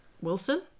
wilson